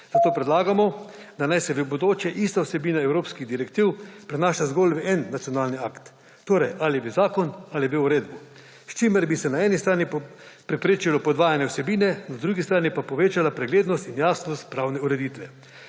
Zato predlagamo, da naj se v bodoče ista vsebina evropskih direktiv prenaša zgolj v en nacionalni akt, torej ali v zakon ali v uredbo, s čimer bi se na eni strani preprečilo podvajanje vsebine, na drugi strani pa povečala preglednost in jasnost pravne ureditve.